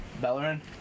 Bellerin